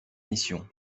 mission